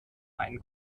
einen